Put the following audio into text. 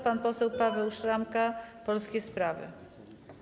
Pan poseł Paweł Szramka, Polskie Sprawy.